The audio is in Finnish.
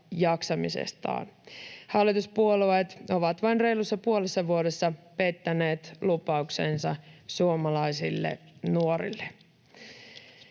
Hallituspuolueet ovat vain reilussa puolessa vuodessa pettäneet lupauksensa suomalaisille nuorille.